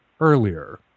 earlier